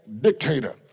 dictator